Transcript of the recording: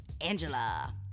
Angela